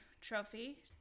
Trophy